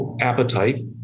appetite